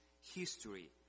history